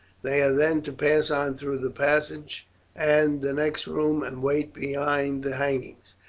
they are then to pass on through the passage and the next room and wait behind the hangings,